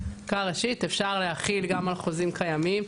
חקיקה ראשית אפשר להחיל גם על חוזים קיימים,